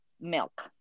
milk